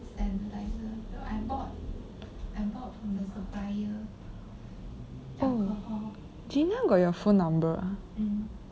oh gina got your phone number ah